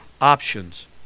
options